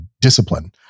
discipline